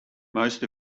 most